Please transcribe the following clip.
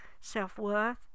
self-worth